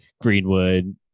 greenwood